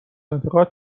انتقاد